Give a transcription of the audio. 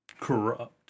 corrupt